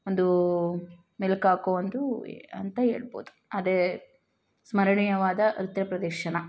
ಒಂದು ಮೆಲ್ಕು ಹಾಕೋ ಒಂದು ಅಂತ ಹೇಳ್ಬೋದು ಅದೇ ಸ್ಮರಣೀಯವಾದ ನೃತ್ರ್ಯ ಪ್ರದರ್ಶನ